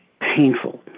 painful